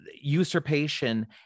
usurpation